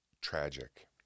tragic